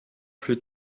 plus